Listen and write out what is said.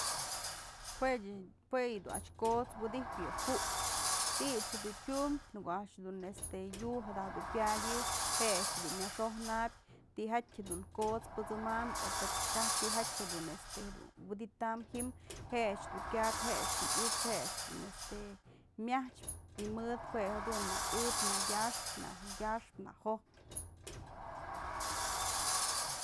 Jue ëch, jue yë a'ax du ko'ots wydyjpë yë ju'uk, ti'i a'ax dun tyumbë në ko'o a'ax dun este yu'u da je'e dun pyadyë je'e a'ax dun myëxojnabyë tijatyë dun ko'ots pët'sëmam o pë kaj tijatyë este dun wydytam ji'im je'e a'ax dun kyapyë je'e a'ax dun yukpyë je'e a'ax dun este myachpë y mëd jue jedun në ëp nëyaxpë, nëyaxpë na jojpë.